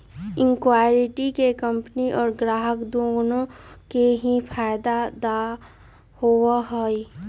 equity के company और ग्राहक दुन्नो के ही फायद दा होबा हई